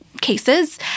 cases